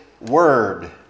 Word